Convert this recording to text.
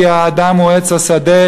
כי האדם הוא עץ השדה,